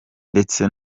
ndetse